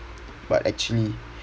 but actually